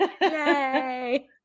Yay